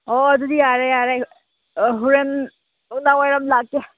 ꯑꯣ ꯑꯗꯨꯗꯤ ꯌꯥꯔꯦ ꯌꯥꯔꯦ ꯍꯣꯔꯦꯟ ꯅꯨꯡꯗꯥꯡ ꯋꯥꯏꯔꯝ ꯂꯥꯛꯀꯦ